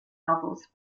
novels